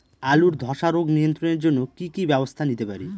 আলুর ধ্বসা রোগ নিয়ন্ত্রণের জন্য কি কি ব্যবস্থা নিতে পারি?